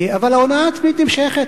אבל ההונאה העצמית נמשכת.